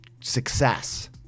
success